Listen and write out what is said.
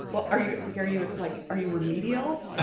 well are you like are you like are you remedial. ah